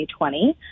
2020